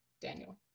Daniel